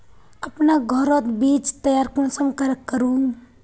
अपना घोरोत बीज तैयार कुंसम करे करूम?